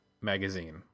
magazine